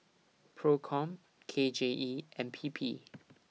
PROCOM K J E and P P